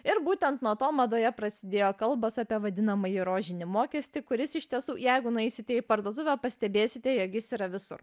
ir būtent nuo to madoje prasidėjo kalbos apie vadinamąjį rožinį mokestį kuris iš tiesų jeigu nueisite į parduotuvę pastebėsite jog jis yra visur